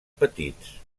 petits